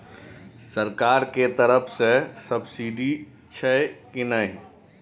सरकार के तरफ से सब्सीडी छै कि नहिं?